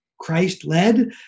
Christ-led